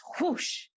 whoosh